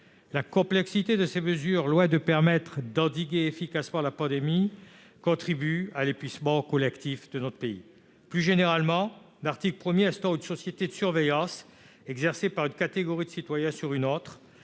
La complexité de ces mesures, loin de permettre d'endiguer efficacement la pandémie, contribue à l'épuisement collectif de notre pays. Plus généralement, l'article 1 instaure une société de surveillance, exercée par une catégorie de citoyens sur une autre.